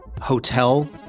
hotel